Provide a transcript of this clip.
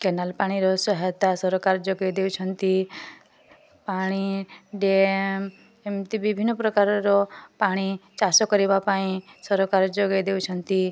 canal ପାଣିର ସହାୟତା ସରକାର ଯୋଗାଇ ଦେଉଛନ୍ତି ପାଣି ଡ୍ୟାମ୍ ଏମିତି ବିଭିନ୍ନ ପ୍ରକାରର ପାଣି ଚାଷ କରିବା ପାଇଁ ସରକାର ଯୋଗାଇ ଦେଉଛନ୍ତି